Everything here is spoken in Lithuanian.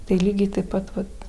tai lygiai taip pat vat